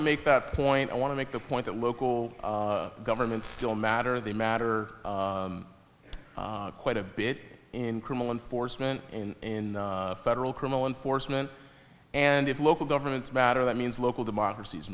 to make that point i want to make the point that local governments still matter they matter quite a bit in criminal enforcement in federal criminal enforcement and if local governments matter that means local democracies